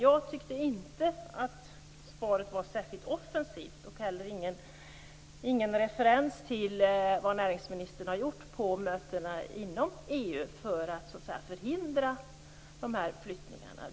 Jag tycker inte att svaret var särskilt offensivt och gav inte heller någon referens till vad näringsministern har gjort på mötena inom EU för att förhindra flyttningarna.